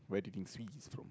where do you think swee is from